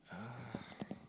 uh